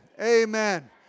Amen